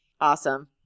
Awesome